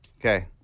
Okay